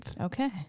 okay